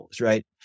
right